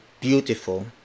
beautiful